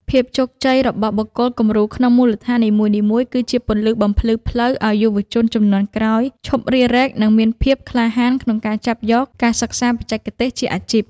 ភាពជោគជ័យរបស់បុគ្គលគំរូក្នុងមូលដ្ឋាននីមួយៗ គឺជាពន្លឺបំភ្លឺផ្លូវឱ្យយុវជនជំនាន់ក្រោយឈប់រារែក និងមានភាពក្លាហានក្នុងការចាប់យកការសិក្សាបច្ចេកទេសជាអាជីព។